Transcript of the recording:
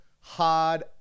hard